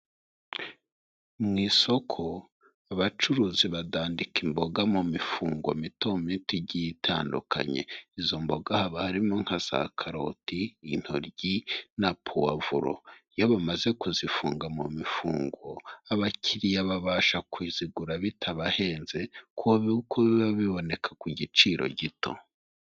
Mu isoko abacuruzi badandika imboga mu mifungo mito mito igi itandukanye. Izo mboga harimo nka za karoti, intoryi na puwavuro, iyo bamaze kuzifunga mu mifungo abakiriya babasha kuzigura bitabahenze kuko biba biboneka ku giciro gito.